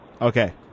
Okay